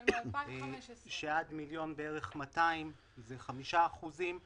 שעד בערך 1.2 מיליון זה 5%;